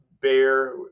bear